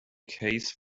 case